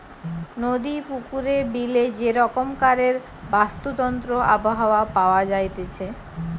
নদী, পুকুরে, বিলে যে রকমকারের বাস্তুতন্ত্র আবহাওয়া পাওয়া যাইতেছে